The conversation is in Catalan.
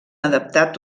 adaptat